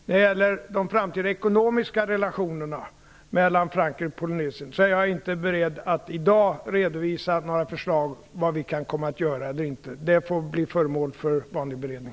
När det gäller de framtida ekonomiska relationerna mellan Frankrike och Polynesien är jag inte beredd att i dag redovisa några förslag om vad vi kan komma att göra eller inte. Det får bli föremål för vanlig beredning.